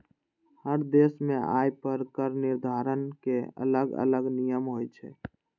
हर देश मे आय पर कर निर्धारण के अलग अलग नियम होइ छै